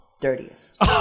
dirtiest